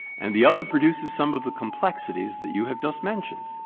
and the other produces some of the complexities that you have just mentioned,